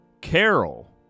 Carol